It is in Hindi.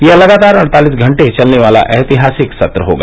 यह लगातार अड़तालिस घण्टे चलने वाला ऐतिहासिक सत्र होगा